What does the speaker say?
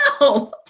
no